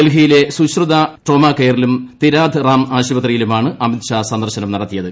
ഡൽഹിയിലെ സുശ്രുത ട്രോമാകെയറിലും തീരാഥ് റാം ആശുപത്രിയിലുമാണ് അമിത്ഷാ സന്ദർശനം നടത്തിയത്